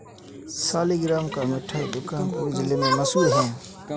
सालिगराम का मिठाई दुकान पूरे जिला में मशहूर है